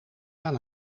aan